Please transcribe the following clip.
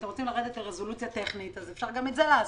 אתם רוצים לרדת לרזולוציה טכנית אז אפשר גם את זה לעשות.